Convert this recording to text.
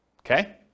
Okay